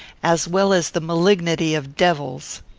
as well as the malignity, of devils.